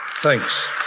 thanks